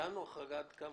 נתנו החרגה עד כמה?